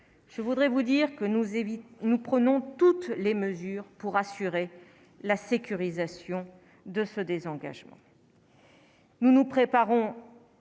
je voudrais vous dire que nous évite, nous prenons toutes les mesures pour assurer la sécurisation de ce désengagement. Nous nous préparons,